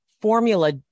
formula